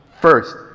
first